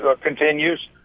continues